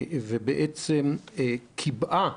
וקיבעה